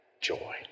joy